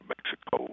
Mexico